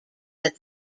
that